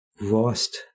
lost